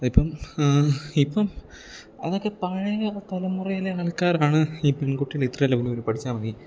അതിപ്പം ഇപ്പം അതൊക്കെ പഴയ തലമുറയിലെ ആൾക്കാരാണ് ഈ പെൺകുട്ടികൾ ഇത്ര ലെവല് വരെ പഠിച്ചാൽ മതി